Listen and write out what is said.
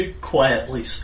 quietly